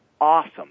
awesome